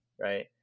right